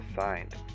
signed